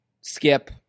skip